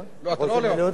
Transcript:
לא, אתה לא עולה.